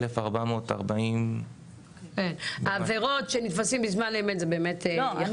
מתוך 1,440. עבירות שנתפסים בזמן אמת זה באמת יחסי.